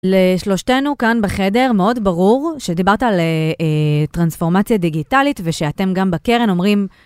לשלושתנו כאן בחדר מאוד ברור שדיברת על טרנספורמציה דיגיטלית ושאתם גם בקרן אומרים